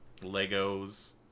Legos